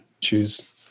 choose